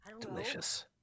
Delicious